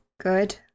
good